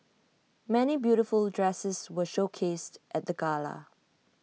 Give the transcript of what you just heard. many beautiful dresses were showcased at the gala